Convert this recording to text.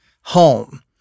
home